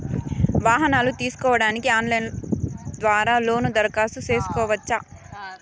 వాహనాలు తీసుకోడానికి ఆన్లైన్ ద్వారా లోను దరఖాస్తు సేసుకోవచ్చా?